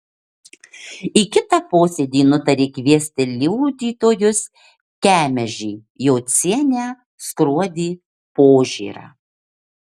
į kitą posėdį nutarė kviesti liudytojus kemežį jocienę skruodį požėrą